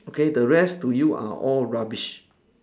okay the rest to you are all rubbish